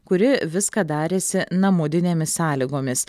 kuri viską darėsi namudinėmis sąlygomis